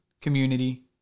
community